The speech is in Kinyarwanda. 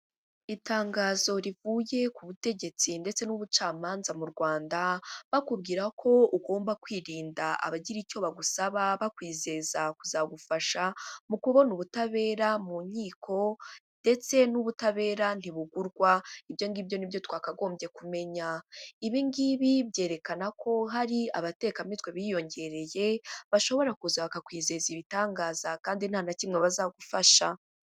Itangazo rivuye ku butegetsi ndetse n'ubucamanza mu Rwanda. Bakubwira ko ugomba kwirinda abagira icyo bagusaba bakwizeza kuzagufasha, mu kubona ubutabera mu nkiko, ndetse n'ubutabera ntibugurwa ibyo ngibyo nibyo twakagombye kumenya. Ibi ngibi byerekana ko hari abatekamitwe biyongereye, bashobora kuza bakakwizeza ibitangaza, kandi nta na kimwe bazagufasha.